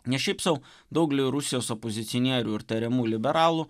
ne šiaip sau daugelį rusijos opozicionierių ir tariamų liberalų